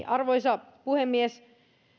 arvoisa puhemies